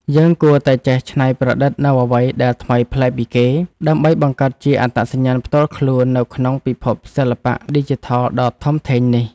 យើងគួរតែចេះច្នៃប្រឌិតនូវអ្វីដែលថ្មីប្លែកពីគេ ដើម្បីបង្កើតជាអត្តសញ្ញាណផ្ទាល់ខ្លួននៅក្នុងពិភពសិល្បៈឌីជីថលដ៏ធំធេងនេះ។